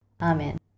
Amen